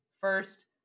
First